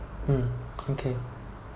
mm okay